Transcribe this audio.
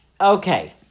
Okay